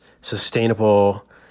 sustainable